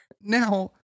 Now